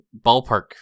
ballpark